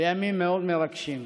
בימים מאוד מרגשים.